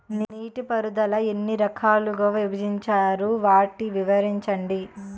నీటిపారుదల ఎన్ని రకాలుగా విభజించారు? వాటి వివరించండి?